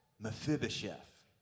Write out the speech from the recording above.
Mephibosheth